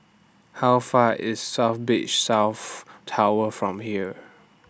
How Far IS South Beach South Tower from here